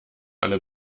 alle